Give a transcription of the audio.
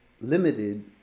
limited